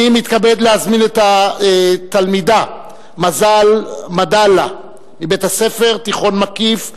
אני מתכבד להזמין את התלמידה מזל מלדה מבית-ספר תיכון מקיף ו'